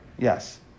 Yes